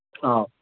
ꯑꯧ